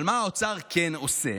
אבל מה האוצר כן עושה?